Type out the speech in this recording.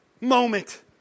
moment